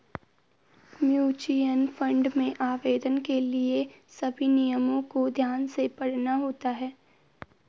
mutual fund में आवेदन करने के लिए सभी नियमों को ध्यान से पढ़ना होता है